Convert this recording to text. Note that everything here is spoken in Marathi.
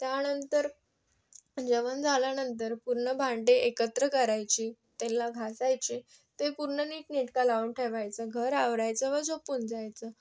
त्यानंतर जेवण झाल्यानंतर पूर्ण भांडे एकत्र करायची त्याला घासायची ते पूर्ण नीटनेटकं लावून ठेवायचं घर आवरायचं मग झोपून जायचं